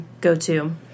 go-to